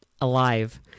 alive